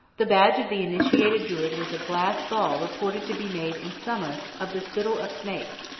the badge of the initiated druid was a glass ball reported to be made in summer of the spittle of snakes,